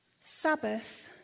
Sabbath